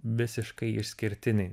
visiškai išskirtiniai